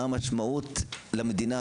מה המשמעות למדינה,